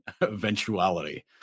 eventuality